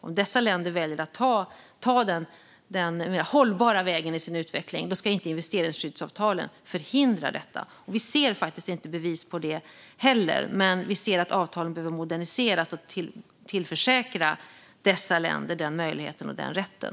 Om dessa länder väljer att ta den hållbara vägen i sin utveckling ska inte investeringsskyddsavtalen förhindra detta. Vi ser faktiskt inte heller bevis på det, men vi ser att avtalen behöver moderniseras och att de måste kunna tillförsäkra dessa länder den möjligheten och den rätten.